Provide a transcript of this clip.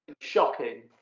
Shocking